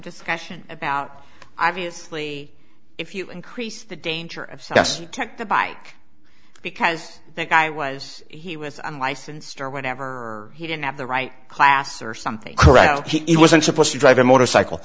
discussion about obviously if you increase the danger of success tech the bike because that guy was he with unlicensed or whatever he didn't have the right class or something correct he wasn't supposed to drive a motorcycle